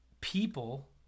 people